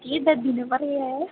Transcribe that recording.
कियद् दिन परये